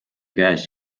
käes